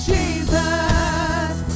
Jesus